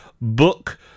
Book